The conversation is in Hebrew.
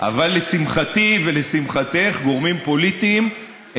אבל לשמחתי ולשמחתך גורמים פוליטיים,